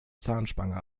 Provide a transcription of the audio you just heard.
zahnspange